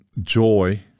joy